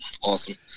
Awesome